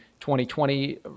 2020